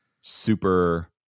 super